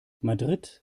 madrid